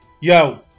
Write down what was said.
yo